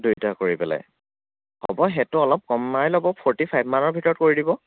দুইটা কৰি পেলাই হ'ব সেইটো অলপ কমাই ল'ব ফৰ্টি ফাইভমানৰ ভিতৰত কৰি দিব